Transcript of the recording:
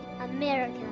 America